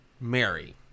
mary